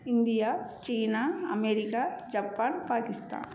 India China America Japan Pakistan